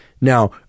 Now